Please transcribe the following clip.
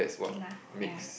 okay lah ya